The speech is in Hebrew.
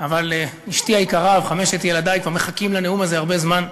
אבל אשתי היקרה וחמשת ילדי כבר מחכים לנאום הזה הרבה זמן,